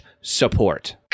support